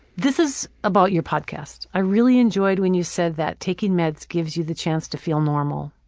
this is about your podcast. i really enjoyed when you said that taking meds gives you the chance to feel normal.